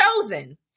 chosen